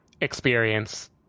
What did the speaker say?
experience